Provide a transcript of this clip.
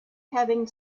having